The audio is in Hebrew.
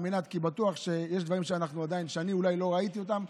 כי בטוח שיש דברים שאני אולי לא ראיתי אותם.